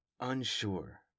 unsure